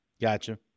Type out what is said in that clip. Gotcha